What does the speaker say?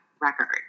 record